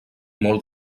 molt